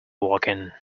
working